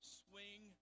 swing